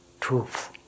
truth